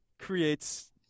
creates